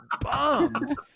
bummed